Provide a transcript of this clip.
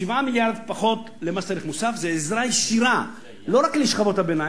7 מיליארד פחות למס ערך מוסף זה עזרה ישירה לא רק לשכבות הביניים,